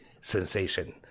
sensation